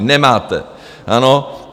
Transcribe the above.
Nemáte, ano?